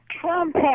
Trump